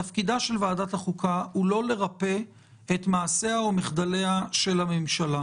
תפקידה של ועדת החוקה אינו לרפא את מעשיה או מחדליה של הממשלה.